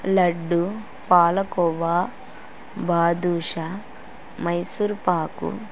laddu palkova badusha Mysore pak